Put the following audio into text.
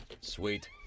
Sweet